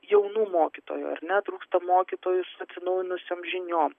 jaunų mokytojų ar ne trūksta mokytojų su atsinaujinusiom žiniom